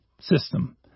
system